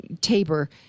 Tabor